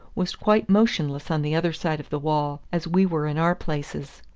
was quite motionless on the other side of the wall, as we were in our places.